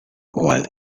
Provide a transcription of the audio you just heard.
while